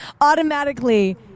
Automatically